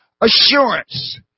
assurance